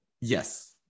Yes